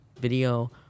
video